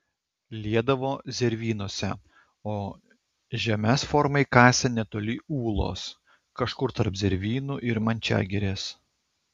liedavo zervynose o žemes formai kasė netoli ūlos kažkur tarp zervynų ir mančiagirės